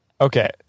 Okay